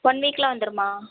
one வீக்கில் வந்துடுமா